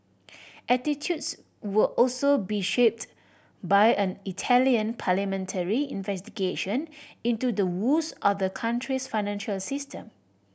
attitudes will also be shaped by an Italian parliamentary investigation into the woes of the country's financial system